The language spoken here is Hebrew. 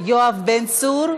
אין מתנגדים